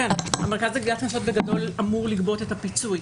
המרכז לגביית קנסות בגדול אמור לגבות את הפיצוי.